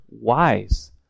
wise